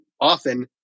often